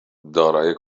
دارای